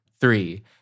Three